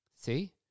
See